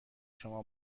شما